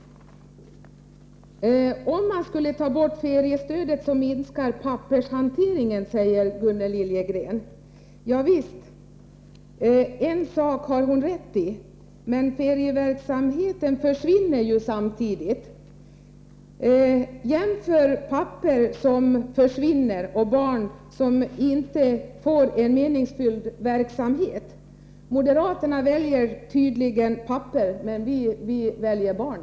Om man tar bort feriestödet minskas pappershanteringen, sade Gunnel Liljegren. Ja visst, det har hon rätt i, men ferieverksamheten försvinner ju samtidigt. Jämför papper som försvinner och barn som inte får en meningsfull verksamhet. Moderaterna väljer tydligen papper, men vi väljer barnen.